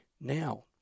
Now